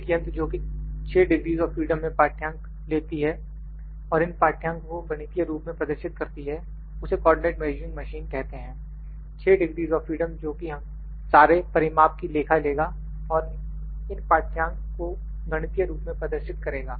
एक यंत्र जोकि 6 डिग्रीस ऑफ फ़्रीडम में पाठ्यअंक लेती है और इन पाठ्यअंक को गणितीय रूप में प्रदर्शित करती है उसे कोऑर्डिनेट मेजरिंग मशीन कहते हैं 6 डिग्रीस आफ फ़्रीडम जोकि सारे परिमाप की लेखा लेगा और इन पाठ्यअंक को गणितीय रूप में प्रदर्शित करेगा